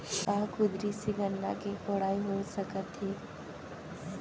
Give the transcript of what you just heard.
का कुदारी से गन्ना के कोड़ाई हो सकत हे?